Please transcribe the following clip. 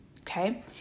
Okay